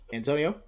Antonio